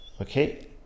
okay